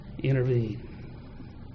Intervene